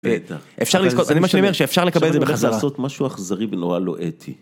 בטח. אפשר לזכות, זה מה שאני אומר, שאפשר לקבל בחזרה. עכשיו צריך לעשות משהו אכזרי ונורא לא אתי.